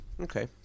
Okay